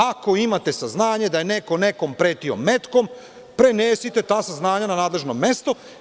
Ako imate saznanja da je neko nekome pretio metkom, prenesite ta saznanja na nadležno mesto.